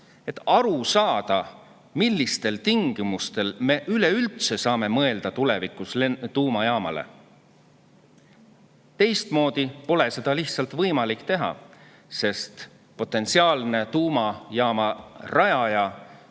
et aru saada, millistel tingimustel me üleüldse saame tulevikus tuumajaamale mõelda. Teistmoodi pole seda lihtsalt võimalik teha, sest potentsiaalne tuumajaama rajaja